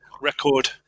record